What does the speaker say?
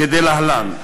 כדלהלן: